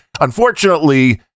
Unfortunately